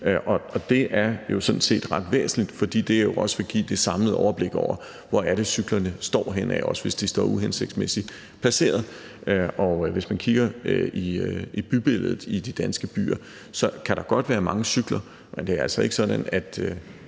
Det er sådan set ret væsentligt, fordi det jo vil give det samlede overblik over, hvor cyklerne står henne, også hvis de står uhensigtsmæssig placeret. Hvis man kigger i bybilledet i de danske byer, kan der godt være mange cykler, men det er altså ikke sådan, at